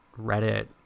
reddit